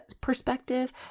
perspective